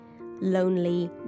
lonely